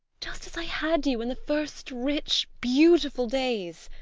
just as i had you in the first rich, beautiful days.